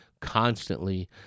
constantly